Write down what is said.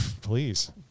Please